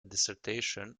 dissertation